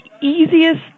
easiest